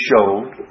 showed